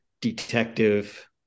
detective